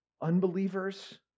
unbelievers